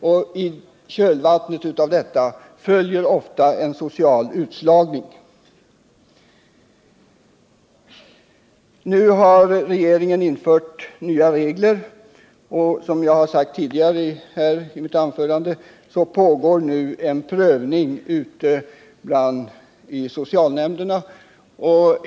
I kölvattnet av detta följer ofta en social utslagning. Nu har regeringen infört nya regler. Jag har redan sagt att det nu pågår en prövning ute i socialnämnderna.